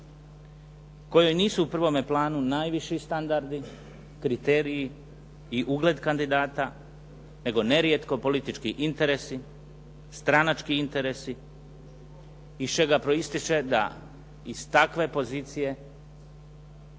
kojoj nisu u prvom planu najviši standardi, kriteriji i ugled kandidata nego nerijetko politički interesi, stranački interesi iz čega proističe da iz takve pozicije